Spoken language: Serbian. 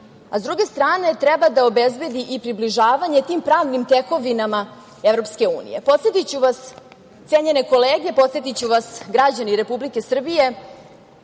a s druge strane treba da obezbedi i približavanje tim pravnim tekovinama EU.Podsetiću vas, cenjene kolege i građani Republike Srbije,